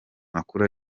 makuru